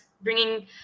bringing